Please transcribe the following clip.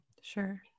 Sure